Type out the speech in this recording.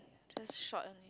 just short only